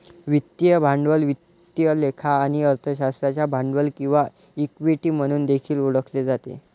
वित्तीय भांडवल वित्त लेखा आणि अर्थशास्त्रात भांडवल किंवा इक्विटी म्हणून देखील ओळखले जाते